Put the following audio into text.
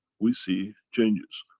we see changes.